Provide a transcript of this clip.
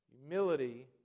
Humility